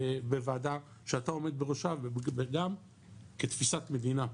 בוועדה שאתה עומד בראשה וגם כתפיסת מדינה,